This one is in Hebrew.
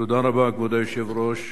כבוד היושב-ראש,